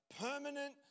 permanent